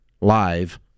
live